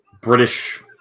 British